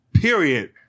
period